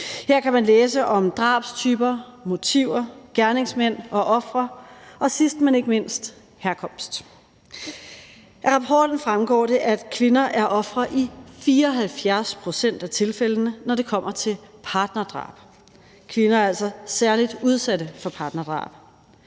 Her kan man læse om drabstyper, motiver, gerningsmænd og ofre og sidst, men ikke mindst, herkomst. Af rapporten fremgår det, at kvinder er ofre i 74 pct. af tilfældene, når det kommer til partnerdrab. Kvinder er altså særlig udsatte for partnerdrab.